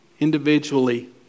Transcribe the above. Individually